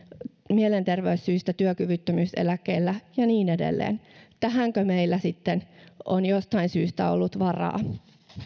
mielenterveyssyistä työkyvyttömyyseläkkeellä ja niin edelleen tähänkö meillä sitten on jostain syystä ollut varaa